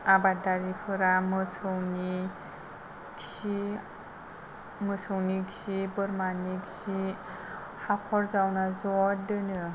आबादारिफोरा मोसौनि खि मोसौनि खि बोरमानि खि हाखर जावना ज' दोनो